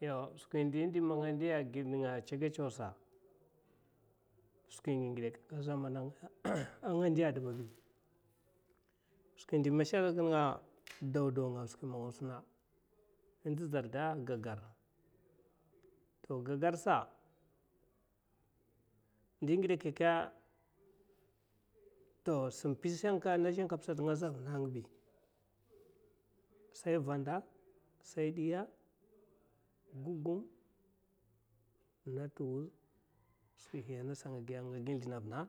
Jau skwi man indi man nga ndiya a gid ninga’a tsaga tsowasa skwi ngidakekka man a aman nga ndiya diba’abi sjwi indi mashalika a nin nga’a dawdaw a, sim nga a nasma in d’ dzarda gagarta to gagarsa ndi ngida kilkka to sim inpizha a shinkafa sata nga zha a vinna a ngisi sai vaninda sai diya a gugun ana tuwuz skwihiya’a nasa a ngagi sldina’ a vina